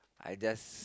I just